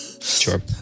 sure